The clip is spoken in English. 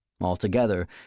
Altogether